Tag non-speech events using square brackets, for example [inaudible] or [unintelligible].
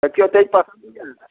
देखियौ तै पसन्द [unintelligible]